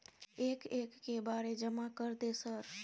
एक एक के बारे जमा कर दे सर?